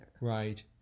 Right